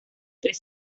tres